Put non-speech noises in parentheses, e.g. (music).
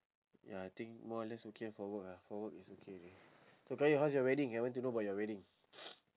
ya I think more or less okay for work ah for work is okay already so qayyum how's your wedding I want to know about your wedding (noise)